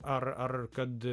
ar kad